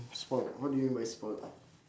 spoilt what do you mean by spoilt